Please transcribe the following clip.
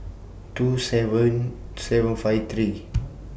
two seven seven five three